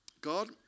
God